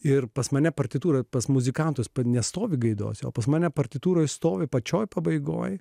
ir pas mane partitūroje pas muzikantus nestovi gaidose o pas mane partitūroje stovi pačioje pabaigoje